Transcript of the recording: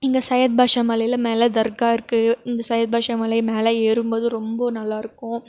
இங்கே சையது பாஷா மலையில் மேலே தர்கா இருக்கு இந்த சையது பாஷா மலை மேலே ஏறும் போது ரொம்ப நல்லாருக்கும்